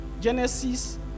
genesis